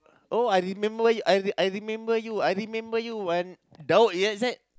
oh I remember you I I remember you I remember you un~ Daud ya is it